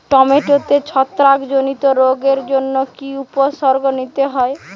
টমেটোতে ছত্রাক জনিত রোগের জন্য কি উপসর্গ নিতে হয়?